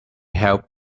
help